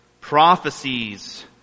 prophecies